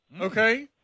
Okay